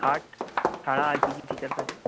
খাট ছাড়া আর কী কী ফিচার্স আছে